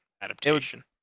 adaptation